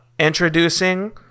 introducing